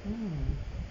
mm